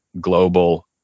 global